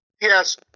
Yes